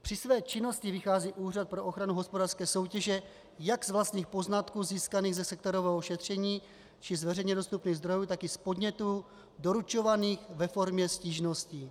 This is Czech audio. Při své činnosti vychází Úřad pro ochranu hospodářské soutěže jak z vlastních poznatků získaných ze sektorového šetření či z veřejně dostupných zdrojů, tak i z podnětů doručovaných ve formě stížností.